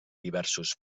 diversos